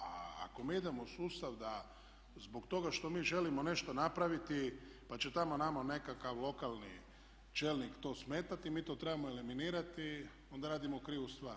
A ako mi idemo u sustav da zbog toga što mi želimo nešto napraviti, pa će tamo nama nekakav lokalni čelnik to smetati mi to trebamo eliminirati, onda radimo krivu stvar.